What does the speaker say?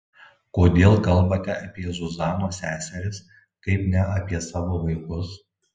kodėl kalbate apie zuzanos seseris kaip ne apie savo vaikus